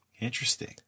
Interesting